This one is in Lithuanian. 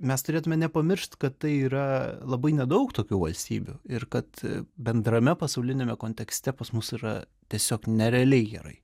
mes turėtume nepamiršt kad tai yra labai nedaug tokių valstybių ir kad bendrame pasauliniame kontekste pas mus yra tiesiog nerealiai gerai